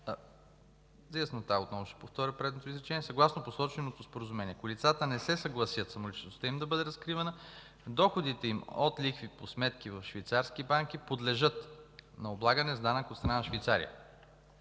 от присъединяването й през 2007 г. Съгласно посоченото Споразумение, ако лицата не се съгласят самоличността им да бъде разкривана, доходите им от лихви по сметки в швейцарски банки подлежат на облагане с данък от страна на Швейцария.